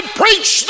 preach